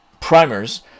primers